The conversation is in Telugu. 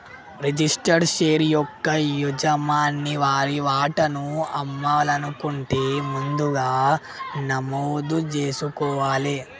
రిజిస్టర్డ్ షేర్ యొక్క యజమాని వారి వాటాను అమ్మాలనుకుంటే ముందుగా నమోదు జేసుకోవాలే